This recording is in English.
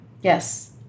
Yes